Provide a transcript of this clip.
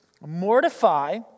mortify